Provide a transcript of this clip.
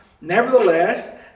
Nevertheless